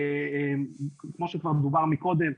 כמו שכבר דובר מקודם,